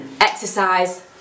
exercise